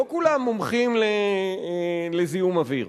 לא כולם מומחים לזיהום אוויר.